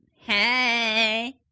Hey